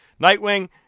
Nightwing